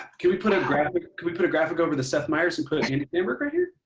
can we put a graphic can we put a graphic over the seth meyers and put an andy samberg right here?